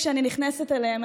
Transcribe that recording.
כשאני נכנסת אליהם,